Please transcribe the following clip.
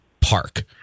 park